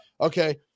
Okay